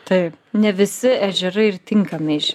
taip ne visi ežerai ir tinkami iš